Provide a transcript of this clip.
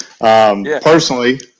Personally